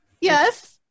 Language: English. Yes